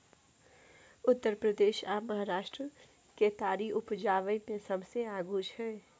उत्तर प्रदेश आ महाराष्ट्र केतारी उपजाबै मे सबसे आगू छै